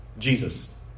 Jesus